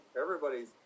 everybody's